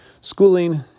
schooling